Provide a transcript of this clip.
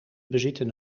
bezitten